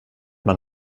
man